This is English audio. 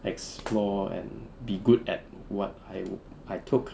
explore and be good at what I I took